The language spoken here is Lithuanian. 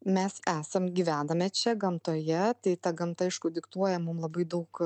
mes esam gyvendami čia gamtoje tai ta gamta aišku diktuoja mum labai daug